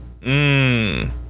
Mmm